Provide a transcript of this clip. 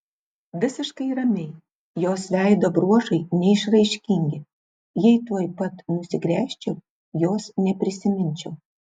visiškai ramiai jos veido bruožai neišraiškingi jei tuoj pat nusigręžčiau jos neprisiminčiau